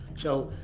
so,